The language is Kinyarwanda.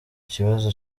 kibazo